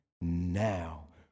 now